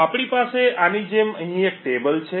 તો આપણી પાસે આની જેમ અહીં એક ટેબલ છે